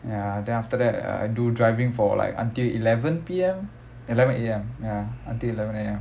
ya then after that uh do driving for like until eleven P_M eleven A_M ya until eleven A_M